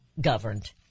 governed